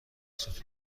ستوده